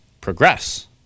progress